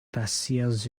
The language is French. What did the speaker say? partielles